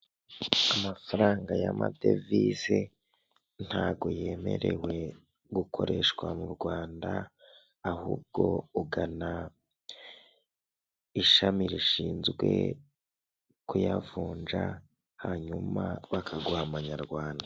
Amafaranga y'amadevize ntago yemerewe gukoreshwa mu Rwanda, ahubwo ugana ishami rishinzwe kuyavunja, hanyuma bakaguha amanyarwanda.